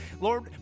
Lord